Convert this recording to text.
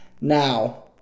Now